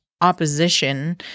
opposition